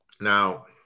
Now